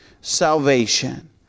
salvation